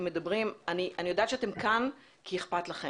מדברים: אני יודע שאתם כאן כי אכפת לכם,